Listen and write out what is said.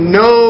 no